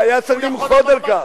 שהיה צריך למחות על כך.